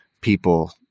people